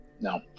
no